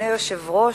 אדוני היושב-ראש,